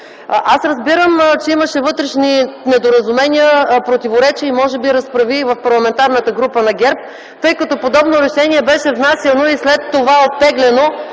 Аз разбирам, че имаше вътрешни недоразумения, противоречия и може би разправии в Парламентарната група на ГЕРБ, тъй като подобно решение беше внасяно и след това – оттегляно.